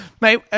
Mate